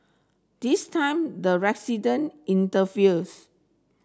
this time the resident intervenes